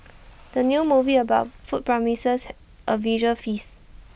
the new movie about food promises A visual feast